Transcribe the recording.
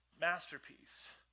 masterpiece